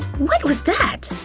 what was that?